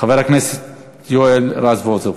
חבר הכנסת יואל רזבוזוב.